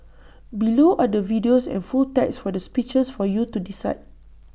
below are the videos and full text for the speeches for you to decide